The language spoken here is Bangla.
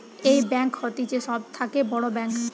এই ব্যাঙ্ক হতিছে সব থাকে বড় ব্যাঙ্ক